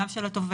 גם של התובע.